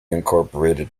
incorporated